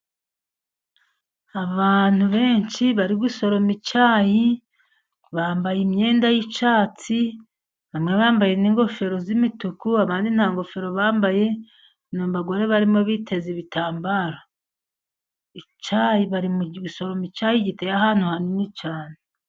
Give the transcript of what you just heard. Abantu benshi bari gusoroma icyayi, bambaye imyenda y'icyatsi bamwe bambaye n'ingofero z'imituku, abandi nta ngofero bambaye, abagore barimo biteze ibitambara. Icyayi bari gusoroma icyayi giteye ahantu hanini cyane.